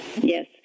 Yes